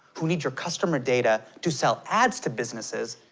who need your customer data to sell ads to businesses,